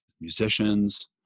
musicians